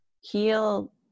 heal